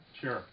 Sure